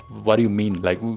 what do you mean like,